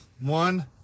One